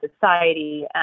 society